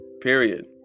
Period